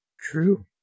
true